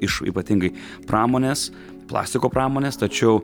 iš ypatingai pramonės plastiko pramonės tačiau